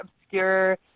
obscure